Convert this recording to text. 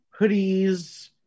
hoodies